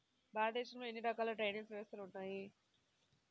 భారతదేశంలో ఎన్ని రకాల డ్రైనేజ్ వ్యవస్థలు ఉన్నాయి?